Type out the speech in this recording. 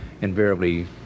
invariably